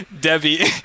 Debbie